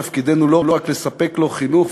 תפקידנו לא רק לספק לו חינוך,